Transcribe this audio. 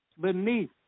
beneath